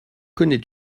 connais